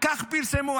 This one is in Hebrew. כך פרסמו,